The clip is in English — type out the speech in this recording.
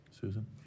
Susan